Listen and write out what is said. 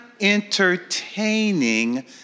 entertaining